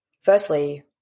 firstly